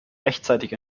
rechtzeitig